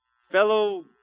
fellow